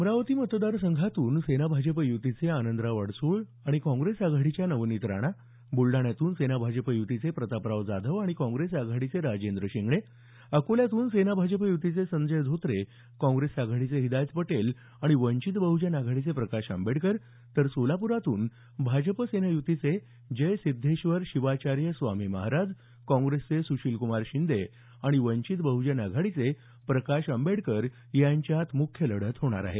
अमरावती मतदार संघातून सेना भाजप युतीचे आनंदराव अडसूळ आणि काँग्रेस आघाडीच्या नवनीत राणा बुलडाण्यातून सेना भाजप युतीचे प्रतापराव जाधव आणि काँग्रेस आघाडीचे राजेंद्र शिंगणे अकोल्यातून सेना भाजप युतीचे संजय धोत्रे काँग्रेस आघाडीचे हिदायत पटेल आणि वंचित बहजन आघाडीचे प्रकाश आंबेडकर तर सोलापुरातून भाजप सेना युतीचे जय सिद्धेश्वर शिवाचार्य स्वामी महाराज काँग्रेसचे सुशीलक्मार शिंदे आणि वंचित बह्जन आघाडीचे प्रकाश आंबेडकर यांच्यात मुख्य लढत होणार आहे